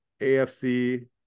AFC